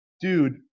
dude